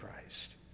Christ